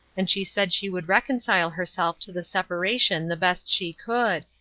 and she said she would reconcile herself to the separation the best she could,